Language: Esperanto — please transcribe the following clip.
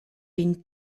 vin